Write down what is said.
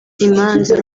imanza